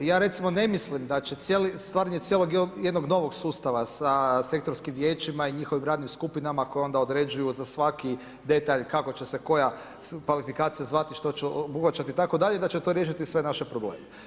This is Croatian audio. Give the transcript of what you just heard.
Ja recimo ne mislim da će stvaranje cijelog jednog novog sustava sa sektorskim vijećima i njihovim radnim skupinama koje onda određuju za svaki detalj kako će se koja kvalifikacija zvati i što će obuhvaćati itd., da će to riješiti sve naše probleme.